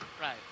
Right